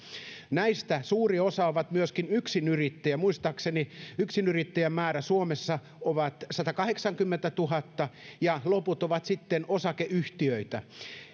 näistä suuri osa on myöskin yksinyrittäjiä muistaakseni yksinyrittäjien määrä suomessa on satakahdeksankymmentätuhatta ja loput ovat sitten osakeyhtiöitä